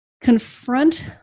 confront